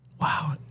Wow